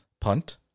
Punt